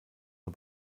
nur